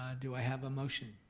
ah do i have a motion?